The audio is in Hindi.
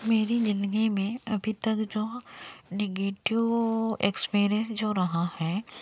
मेरी ज़िन्दगी में अभी तक जो नेगटिव एक्सपेरेन्स जो रहा है